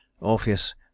Orpheus